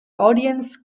audience